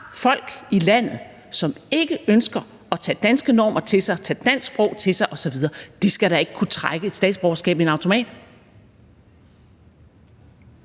folk i landet, som ikke ønsker at tage danske normer til sig, tage det danske sprog til sig osv. De skal da ikke kunne trække et statsborgerskab i en automat.